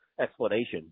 explanation